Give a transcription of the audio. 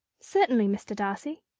certainly, mr. darcy!